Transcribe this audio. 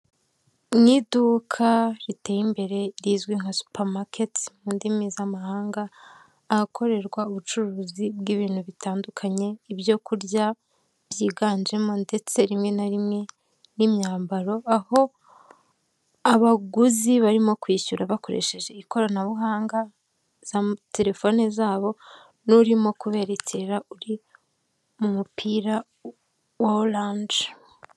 Mu iduka riteye imbere rizwi nka supamaketi mu ndimi z'amahanga, ahakorerwa ubucuruzi bw'ibintu bitandukanye, ibyo kurya byiganjemo ndetse rimwe na rimwe n'imyambaro, aho abaguzi barimo kwishyura bakoresheje ikoranabuhanga za telefone zabo n'urimo kuberekera uri mu mupira wa oranje.